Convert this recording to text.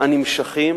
הנמשכים